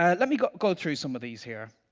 ah let me go go through some of these here.